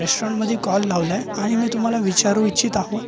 रेस्ट्रॉरंटमध्ये call लावलाय आणि मी तुम्हाला विचारू इच्छित आहो